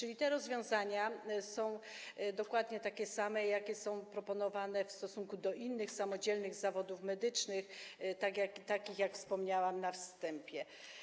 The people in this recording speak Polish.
A więc te rozwiązania są dokładnie takie same, jak proponowane w stosunku do innych samodzielnych zawodów medycznych, takich, o jakich wspomniałam na wstępie.